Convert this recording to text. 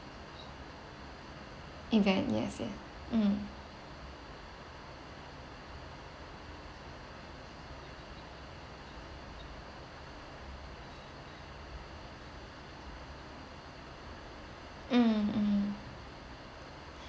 event yes yes um um um